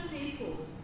people